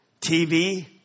TV